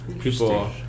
people